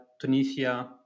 Tunisia